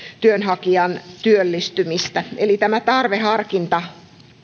työnhakijan työllistymistä eli tämä tarveharkinta